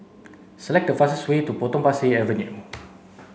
select the fastest way to Potong Pasir Avenue